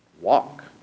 walk